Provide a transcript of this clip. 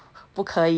不可以